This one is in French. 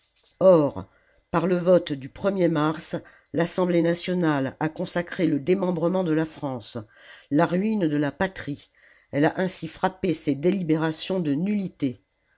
or par le vote du er mars l'assemblée nationale a consacré le démembrement de la france la ruine de la patrie elle a ainsi frappé ses délibérations de nullité